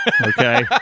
Okay